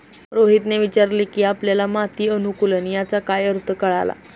रोहितने विचारले की आपल्याला माती अनुकुलन याचा काय अर्थ कळला?